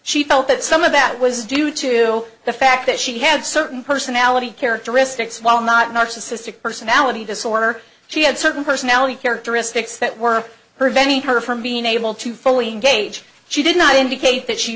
she felt that some of that was due to the fact that she had certain personality characteristics while not narcissistic personality disorder she had certain personality characteristics that were preventing her from being able to fully engage she did not indicate that she